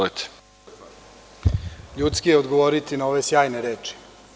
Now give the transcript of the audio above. Ljudski je odgovoriti na ove sjajne reči.